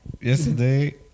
Yesterday